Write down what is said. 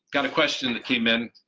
got a question that came in,